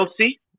Chelsea